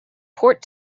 port